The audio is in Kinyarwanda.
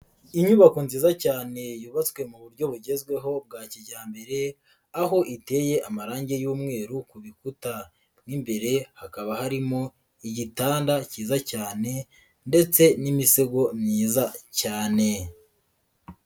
Inyubako nziza cyane yubatswe mu buryo bugezweho bwa kijyambere aho iteye amarange y'umweru ku bikuta, mo imbere hakaba harimo igitanda cyiza cyane ndetse n'imisego myiza cyane,